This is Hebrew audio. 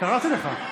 קראתי לך,